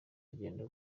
agenda